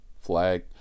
Flag